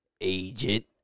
agent